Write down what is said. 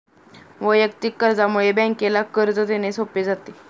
वैयक्तिक कर्जामुळे बँकेला कर्ज देणे सोपे जाते